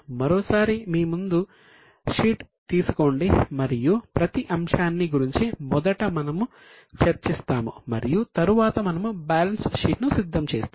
మరోసారి మీ ముందు షీట్ తీసుకోండి మరియు ప్రతి అంశాన్ని గురించి మొదట మనము చర్చిస్తాము మరియు తరువాత మనము బ్యాలెన్స్ షీట్ ను సిద్ధం చేస్తాము